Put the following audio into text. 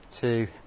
two